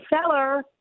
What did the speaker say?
seller